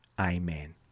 Amen